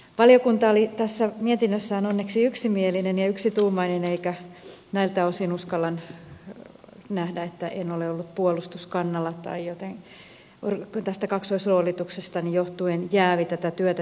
valiokunta oli tässä mietinnössään onneksi yksimielinen ja yksituumainen ja näiltä osin uskallan nähdä että en ole ollut puolustuskannalla tai tästä kaksoisroolituksestani johtuen jäävi tätä työtä tekemään